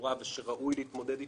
החמורה של אלימות